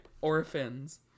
Orphans